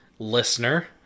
listener